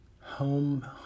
home